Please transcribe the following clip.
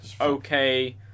okay